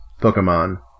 Pokemon